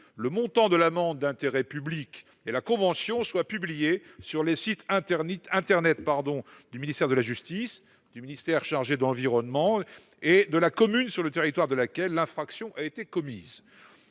le montant de l'amende d'intérêt public et la convention elle-même soient publiés sur les sites internet du ministère de la justice, du ministère chargé de l'environnement et de la commune sur le territoire de laquelle l'infraction a été commise